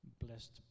blessed